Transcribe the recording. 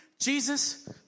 Jesus